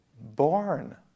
born